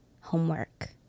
homework